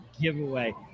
giveaway